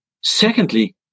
secondly